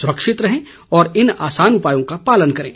सुरक्षित रहें और इन आसान उपायों का पालन करें